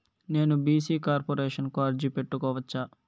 నేను BC corporation కు అర్జీ పెట్టుకోవచ్చా?